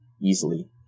easily